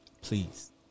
Please